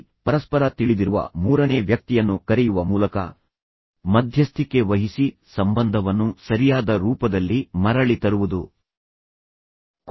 ಆದರೆ ಮಧ್ಯಸ್ಥಿಕೆಯು ಹೆಚ್ಚಾಗಿ ಪರಸ್ಪರ ತಿಳಿದಿರುವ ಮೂರನೇ ವ್ಯಕ್ತಿಯನ್ನು ಕರೆಯುವ ಮೂಲಕ ತದನಂತರ ವ್ಯಕ್ತಿಯು ಮಧ್ಯಸ್ಥಿಕೆ ವಹಿಸಲು ಪ್ರಯತ್ನಿಸುತ್ತಾನೆ ಮತ್ತು ನಂತರ ಸಂಬಂಧವನ್ನು ಸರಿಯಾದ ರೂಪದಲ್ಲಿ ಮರಳಿ ತರುತ್ತಾನೆ